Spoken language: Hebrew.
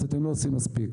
אז אתם לא עושים מספיק.